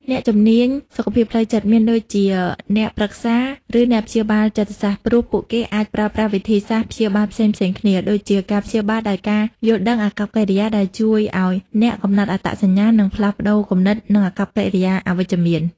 អ្នកជំនាញសុខភាពផ្លូវចិត្ត មានដូចជាអ្នកប្រឹក្សាឬអ្នកព្យាបាលចិត្តសាស្ត្រ ព្រោះពួកគេអាចប្រើប្រាស់វិធីសាស្រ្តព្យាបាលផ្សេងៗគ្នា ដូចជា ការព្យាបាលដោយការយល់ដឹង-អាកប្បកិរិយា ដែលជួយឱ្យអ្នកកំណត់អត្តសញ្ញាណ និងផ្លាស់ប្តូរគំនិត និងអាកប្បកិរិយាអវិជ្ជមាន។